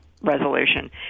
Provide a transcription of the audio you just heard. resolution